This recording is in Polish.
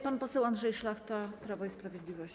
Pan poseł Andrzej Szlachta, Prawo i Sprawiedliwość.